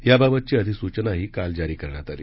याबाबतची अधिसूनचनाही काल जारी करण्यात आली